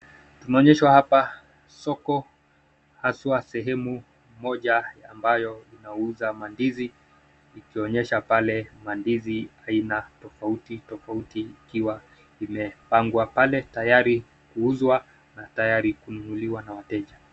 Tunaonyeshwa hapa soko haswa sehemu moja ambayo inauza mandizi ikionyesha pale mandizi aina tofauti tofauti ikiwa imepangwa pale tayari kuuzwa na tayari kununuliwa na wateja.